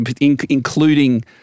including